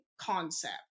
concept